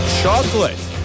chocolate